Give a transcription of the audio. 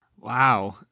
Wow